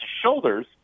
shoulders